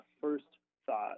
first-thought